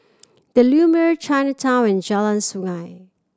The Lumiere Chinatown and Jalan Sungei